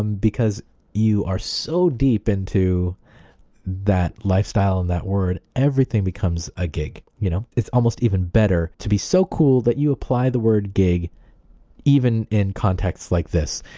um because you are so deep into that lifestyle and that word, everything becomes a gig. you know? it's almost even better to be so cool that you apply the word gig even in contexts like this,